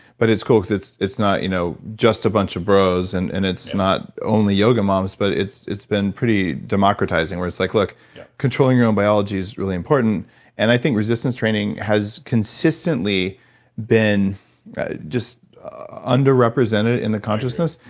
but it's cool because it's it's not you know just just a bunch of bros and and it's not only yoga mums, but it's it's been pretty democratizing where it's like look controlling your own biology is really important and i think resistance training has consistently been just under represented in the conscious.